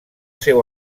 seu